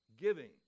giving